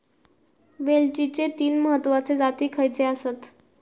वेलचीचे तीन महत्वाचे जाती खयचे आसत?